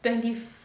twenty f~